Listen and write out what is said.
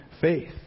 faith